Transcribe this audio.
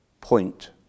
point